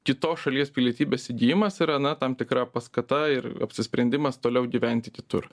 kitos šalies pilietybės įgijimas yra na tam tikra paskata ir apsisprendimas toliau gyventi kitur